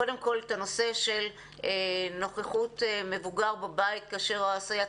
קודם כל את הנושא של נוכחות מבוגר בבית כאשר הסייעת נמצאת.